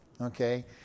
Okay